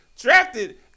drafted